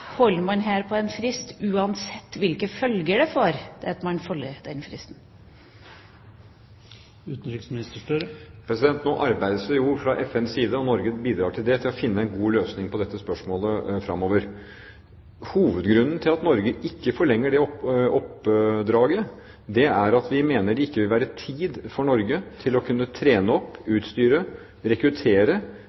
holder man her fast på en frist uansett hvilke følger det får? Nå arbeides det jo fra FNs side – og Norge bidrar til det – for å finne en god løsning på dette spørsmålet fremover. Hovedgrunnen til at Norge ikke forlenger dette oppdraget, er at vi mener det ikke vil være tid for Norge til å kunne trene opp, utstyre og rekruttere